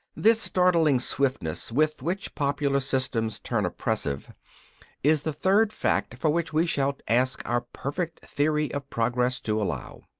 this startling swiftness with which popular systems turn oppressive is the third fact for which we shall ask our perfect theory of progress to allow.